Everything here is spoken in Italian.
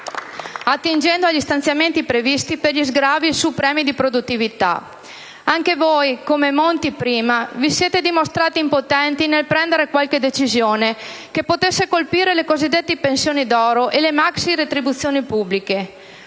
attingendo agli stanziamenti previsti per gli sgravi sui premi di produttività. Anche voi, come Monti prima, vi siete dimostrati impotenti nel prendere qualche decisione che potesse colpire le cosiddette pensioni d'oro e le maxiretribuzioni pubbliche.